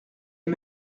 est